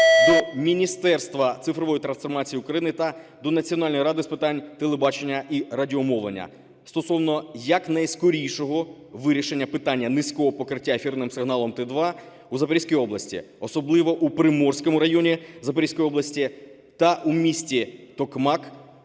до Міністерства цифрової трансформації України та до Національної ради з питань телебачення і радіомовлення стосовно якнайскорішого вирішення питання низького покриття ефірним сигналом Т2 у Запорізькій області, особливо у Приморському районі Запорізької області та у місті Токмак